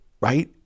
right